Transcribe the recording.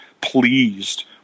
pleased